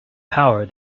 power